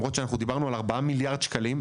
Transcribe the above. למרות שאנחנו דיברנו על 4 מיליארד שקלים,